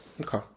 Okay